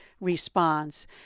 response